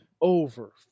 over